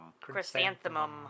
Chrysanthemum